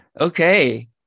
okay